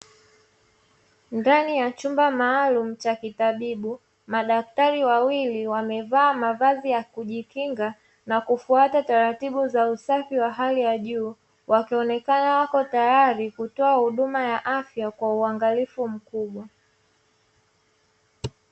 Ndani ya chumba maalumu cha kitabibu, madaktari wawili wamevaa mavazi ya kujikinga na kufuata taratibu za hali ya juu, wakionekana kuwa tayari kutoa huduma ya afya kwa uangalifu mkubwa.